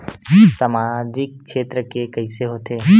सामजिक क्षेत्र के कइसे होथे?